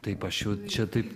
taip aš jau čia taip